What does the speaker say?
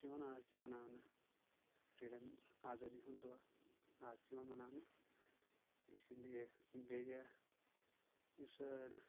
سُہ چھُ یِوان آز تہِ مَناونہٕ فریٖڈم آزٲدی ہُنٛد دوہ آز تہِ یِوان مَناونہٕ اسی لیے بیٚیہِ یہِ یُس سُہ